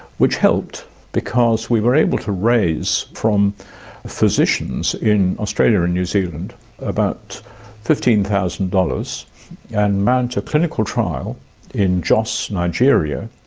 which helped because we were able to raise from physicians in australia and new zealand about fifteen thousand dollars and mount a clinical trial in jos, nigeria,